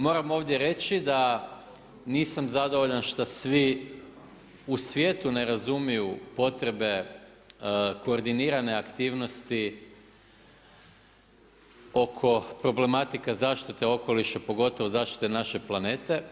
Moram ovdje reći da nisam zadovoljan šta svi u svijetu ne razumiju potrebe koordinirane aktivnosti oko problematika zaštite okoliša, pogotovo zaštite naše planete.